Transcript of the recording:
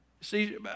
See